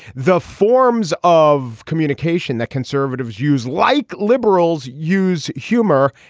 the forms of communication that conservatives use, like liberals use humor.